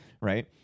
right